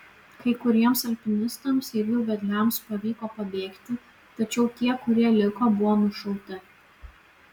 kai kuriems alpinistams ir jų vedliams pavyko pabėgti tačiau tie kurie liko buvo nušauti